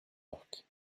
york